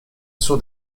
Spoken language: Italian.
suo